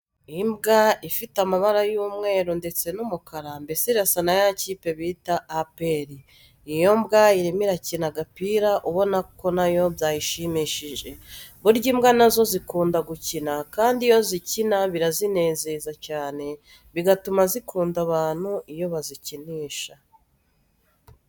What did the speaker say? Imbwa ifite amabara y'umweru ndetse n'umukara mbese irasa na ya kipe bita APR, iyo mbwa irimo irakina agapira ubona ko nayo byayishimishije. Burya imbwa na zo zikunda gukina kandi iyo zikina birazinezeza cyane bigatuma zikunda abantu iyo bazikinisha.